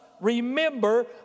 remember